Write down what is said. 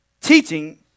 teaching